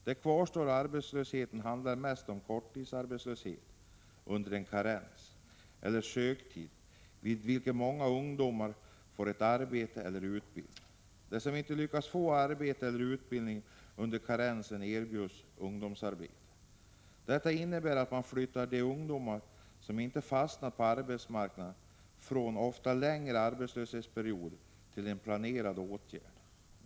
Den kvarstående arbetslösheten utgörs mest av korttidsarbetslöshet under en karenseller söktid, då många ungdomar får arbete eller utbildning. De som inte lyckas få arbete eller utbildning under karenstiden erbjuds ungdomsarbete. Detta innebär att de ungdomar som inte får fast arbete på arbetsmarknaden i stället för att gå kvar i arbetslöshet under längre perioder blir föremål för en planerad åtgärd.